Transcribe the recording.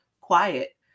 quiet